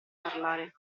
parlare